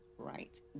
right